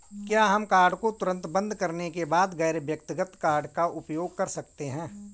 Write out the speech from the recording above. क्या हम कार्ड को तुरंत बंद करने के बाद गैर व्यक्तिगत कार्ड का उपयोग कर सकते हैं?